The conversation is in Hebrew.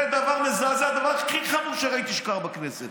זה דבר מזעזע, הדבר הכי חמור שראיתי שקרה בכנסת.